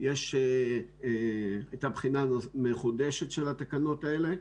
יש בחינה מחודשת של התקנות האלה.